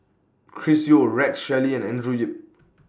Chris Yeo Rex Shelley and Andrew Yip